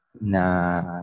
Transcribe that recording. na